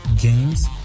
games